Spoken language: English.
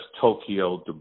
Tokyo